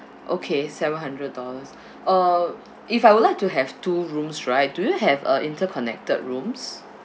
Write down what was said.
okay seven hundred dollars uh if I would like to have two rooms right do you have a interconnected rooms